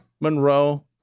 Monroe